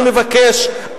אני מבקש,